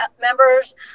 members